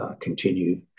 continue